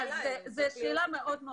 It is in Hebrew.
זו שאלה טובה מאוד.